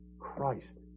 Christ